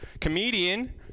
comedian